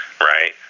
right